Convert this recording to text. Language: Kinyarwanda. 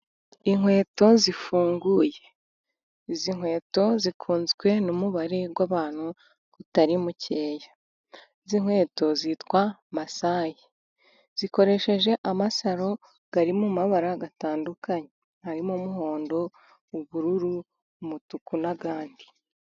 Inkweto zifunguye, izi nkweto zikunzwe n'umubare w'abantu utari mukeya. Izi nkweto zitwa Masai, zikoresheje amasaro ari mu mabara atandukanye, harimo umuhondo, ubururu, umutuku, n'andi.